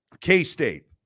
K-State